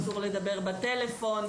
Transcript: אסור לדבר בטלפון,